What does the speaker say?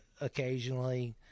occasionally